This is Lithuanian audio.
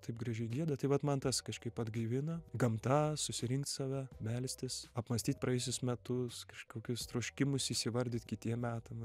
taip gražiai gieda tai vat man tas kažkaip atgaivina gamta susirinkt save melstis apmąstyt praėjusius metus kažkokius troškimus įsivardyt kitiem metam